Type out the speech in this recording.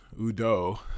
Udo